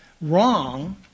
wrong